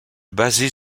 basé